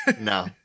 No